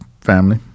family